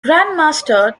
grandmaster